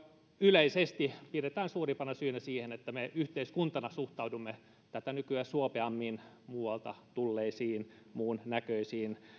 yleisesti pidetään suurimpana syynä sitä että me yhteiskuntana suhtaudumme tätä nykyä suopeammin muualta tulleisiin muun näköisiin